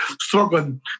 Struggling